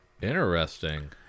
Interesting